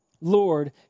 Lord